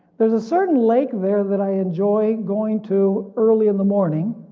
there's a certain lake there that i enjoy going to early in the morning